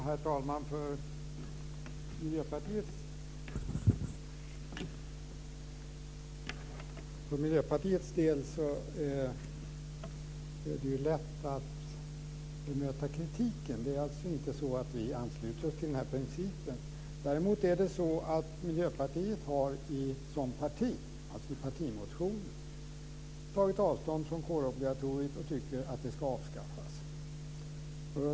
Herr talman! För Miljöpartiets del är det lätt att bemöta kritiken. Det är alltså inte så att vi ansluter oss till den här principen. Däremot har Miljöpartiet i partimotioner tagit avstånd från kårobligatoriet och tycker att det ska avskaffas.